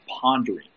pondering